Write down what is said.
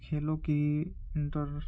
کھیلوں کی انٹر